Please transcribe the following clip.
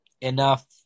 enough